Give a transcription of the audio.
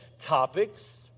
topics